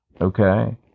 okay